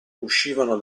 uscivano